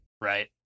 Right